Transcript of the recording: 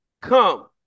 Come